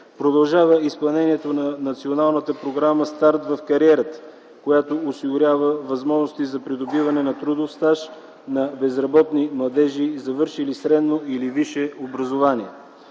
Продължава изпълнението на Националната програма „Старт на кариерата”, която осигурява възможности за придобиване на трудов стаж на безработни младежи, завършили средно или висше образование.